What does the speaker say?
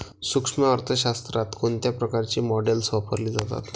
सूक्ष्म अर्थशास्त्रात कोणत्या प्रकारची मॉडेल्स वापरली जातात?